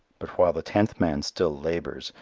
but while the tenth man still labors,